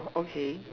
okay